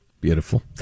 Beautiful